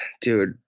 dude